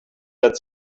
that